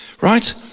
right